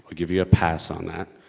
give you a pass on that.